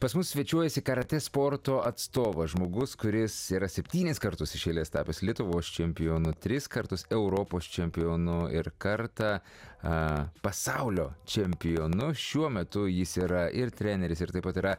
pas mus svečiuojasi karatė sporto atstovas žmogus kuris yra septynis kartus iš eilės tapęs lietuvos čempionu tris kartus europos čempionu ir kartą a pasaulio čempionu šiuo metu jis yra ir treneris ir taip pat yra